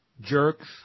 jerks